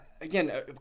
Again